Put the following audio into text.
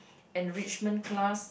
enrichment class